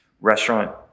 restaurant